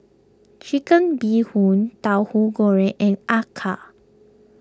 Chicken Bee Hoon Tauhu Goreng and Acar